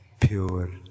pure